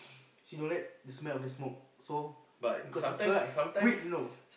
she don't like the smell of the smoke so because of her I quit you know